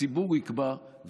הציבור יקבע,